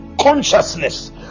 consciousness